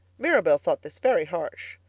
mirabel thought this very harsh.